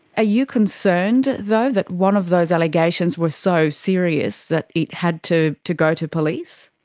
you concerned though that one of those allegations were so serious that it had to to go to police?